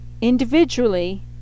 individually